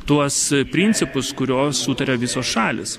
tuos principus kurio sutaria visos šalys